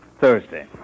Thursday